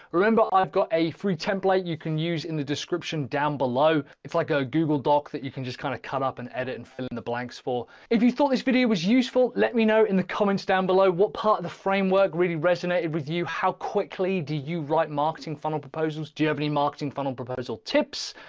remember, i've got a free template you can use in the description down below. it's like a google doc that you can just kind of come up and edit and fill in the blanks for if you thought this video was useful. let me know in the comments down below what part of the framework really resonated with you how quickly do you write marketing funnel proposals? do you have any marketing funnel proposal tips?